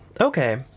okay